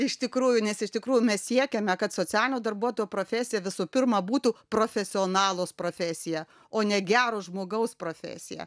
iš tikrųjų nes iš tikrųjų mes siekiame kad socialinio darbuotojo profesija visų pirma būtų profesionalo profesija o ne gero žmogaus profesija